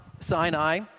Sinai